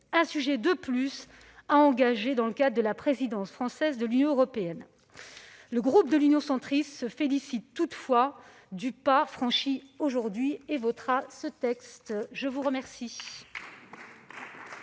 un sujet de plus à traiter dans le cadre de la présidence française de l'Union européenne. Le groupe Union Centriste se félicite toutefois du pas franchi aujourd'hui et votera ce texte. La parole